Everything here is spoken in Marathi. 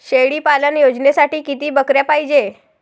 शेळी पालन योजनेसाठी किती बकऱ्या पायजे?